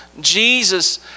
Jesus